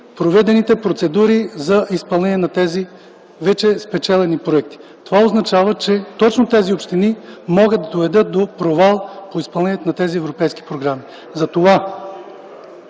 проведените процедури за изпълнение на тези вече спечелени проекти. Това означава, че точно тези общини могат да доведат до провал изпълнението на тези европейски програми. Затова